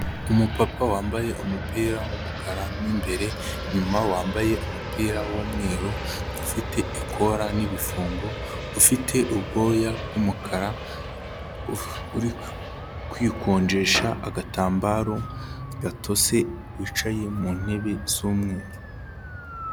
Umupapa wambaye umupira w'umukara mw'imbere, inyuma wambaye umupira w'umweru ufite ikola n'ibifungo, ufite ubwoya bw'umukara, uri kwikonjesha agatambaro gatose, wicaye mu ntebe z'umweru.